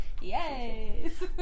Yes